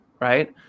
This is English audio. Right